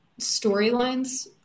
storylines